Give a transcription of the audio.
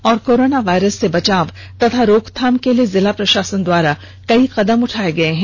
और corona virus से बचाव और रोक थाम के लिए जिला प्रषासन द्वारा कई कदम उठाए गए है